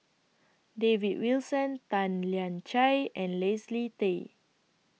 David Wilson Tan Lian Chye and Leslie Tay